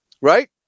Right